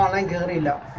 um identity you know